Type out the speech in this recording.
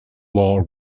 law